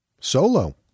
Solo